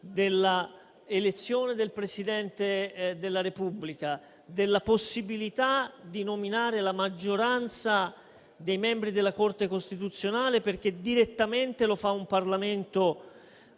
della elezione del Presidente della Repubblica e della possibilità di nominare la maggioranza dei membri della Corte costituzionale: direttamente, infatti, lo fa un Parlamento che